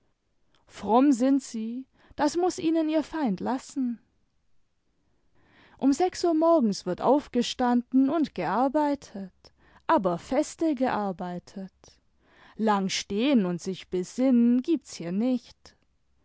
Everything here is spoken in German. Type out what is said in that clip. fronmi sind sie das muß ihnen ihr feind lassen um sechs uhr morgens wird aufgestanden imd gearbeitet aber feste gearbeitet lang stehen und sich besinnen gibt's hier nicht